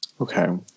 Okay